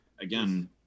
Again